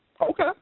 Okay